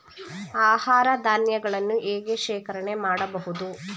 ಆಹಾರ ಧಾನ್ಯಗಳನ್ನು ಹೇಗೆ ಶೇಖರಣೆ ಮಾಡಬಹುದು?